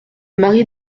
mari